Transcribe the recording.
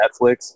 Netflix